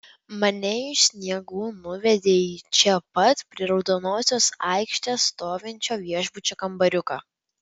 mane iš sniegų nuvedė į čia pat prie raudonosios aikštės stovinčio viešbučio kambariuką